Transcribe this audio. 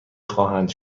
خواهند